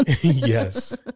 Yes